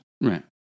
Right